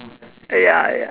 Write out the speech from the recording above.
ya ya